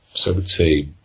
so, i'd say,